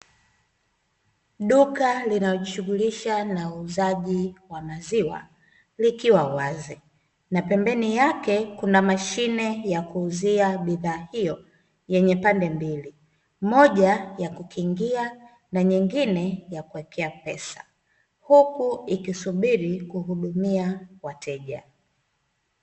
Duka linalojishughulisha na uuzaji wa maziwa, likiwa wazi na pembeni yake kuna mashine ya kuuzia bidhaa hiyo yenye pande mbili, moja ya kukingia na nyingine ya kuwekea pesa huku ikisubiri kuhudumia wateja.